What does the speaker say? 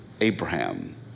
Abraham